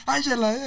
Angela